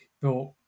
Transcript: thought